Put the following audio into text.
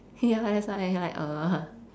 ya lah that's why like uh